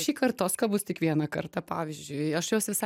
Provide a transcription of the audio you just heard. šįkart toska bus tik vieną kartą pavyzdžiui aš jos visai